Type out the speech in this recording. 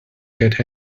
get